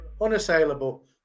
Unassailable